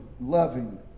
loving